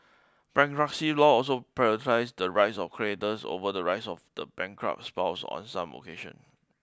bankruptcy laws also prioritise the rights of creators over the rights of the bankrupt's spouse on some occasion